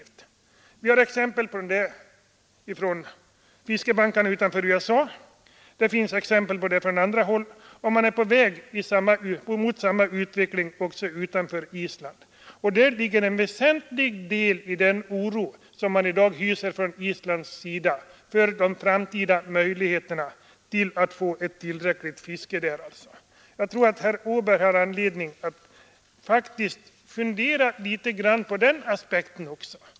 Vi har exempel på det från fiskebankarna utanför USA och från andra håll; man är på väg mot samma utveckling även utanför Island. Det förhållandet har skapat en väsentlig del av den oro som man i dag hyser på Island för de framtida möjligheterna att få ett tillräckligt om fattande fiske där. Jag tror att herr Åberg har anledning att fundera litet på den aspekten också.